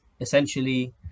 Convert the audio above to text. essentially